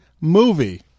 movie